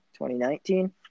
2019